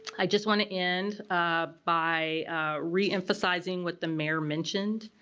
i just want to end by reemphasizing what the mayor mentioned.